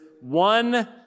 one